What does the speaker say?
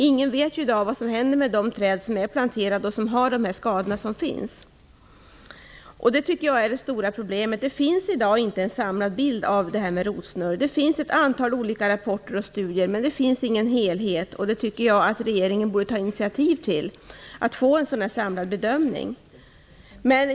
Ingen vet i dag vad som händer med de träd som är planterade och som har skador. Det stora problemet i dag är att det inte finns en samlad bild av rotsnurr. Det finns ett antal olika rapporter och studier men ingen helhetsbild. Jag tycker att regeringen borde ta initiativ till att få en samlad bedömning.